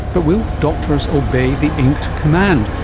but will doctors obey the inked command?